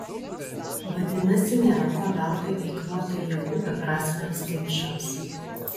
vadinasi nėra ko veltui eikvoti jėgų beprasmiams ginčams